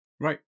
Right